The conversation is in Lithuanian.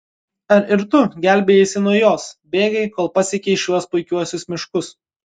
ar ir tu gelbėjaisi nuo jos bėgai kol pasiekei šiuos puikiuosius miškus